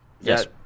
Yes